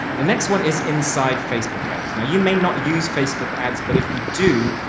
the next one is inside facebook ads. now, you may not use facebook ads, but if you do,